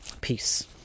peace